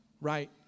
right